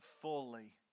fully